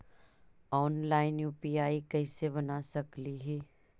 Online UPI कैसे बना सकली ही?